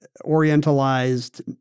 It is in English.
orientalized